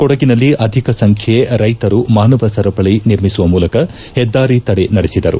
ಕೊಡಗಿನಲ್ಲಿ ಅಧಿಕ ಸಂಖ್ಯೆ ರೈತರು ಮಾನವ ಸರಪಳ ನಿರ್ಮಿಸುವ ಮೂಲಕ ಹೆದ್ದಾರಿ ತಡೆ ನಡೆಸಿದರು